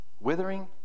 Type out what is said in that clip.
withering